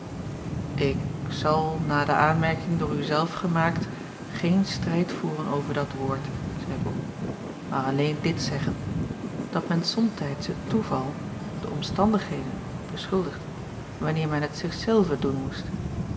k zal na de aanmerking door u zelf gemaakt geen strijd voeren over dat woord zeî ol maar alleen dit zeggen dat men somtijds het toeval de omstandigheden beschuldigt wanneer men het zich zelven doen moest